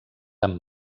amb